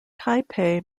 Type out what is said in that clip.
taipei